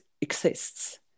exists